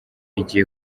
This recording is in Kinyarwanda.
igiye